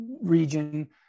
region